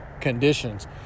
conditions